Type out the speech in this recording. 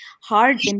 hard